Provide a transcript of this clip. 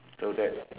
so that's